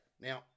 Now